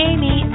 Amy